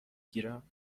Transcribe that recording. گیرم